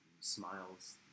smiles